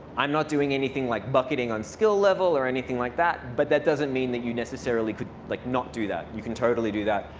i'm not doing anything like bucketing on skill level or anything like that, but that doesn't mean that you necessarily could like not do that. you can totally do that.